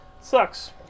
Sucks